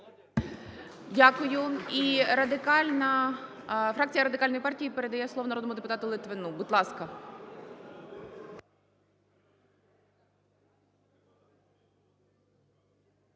Дякую. І Радикальна... Фракція Радикальної партії передає слово народному депутату Литвину. Будь ласка.